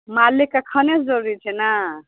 मालिकके खाने जरुरी छै ने